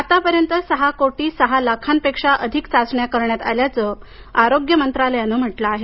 आतापर्यंत सहा कोटी सहा लाखांपेक्षा अधिक चाचण्या करण्यात आल्याचं आरोग्य मंत्रालयानं म्हटलं आहे